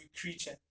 creature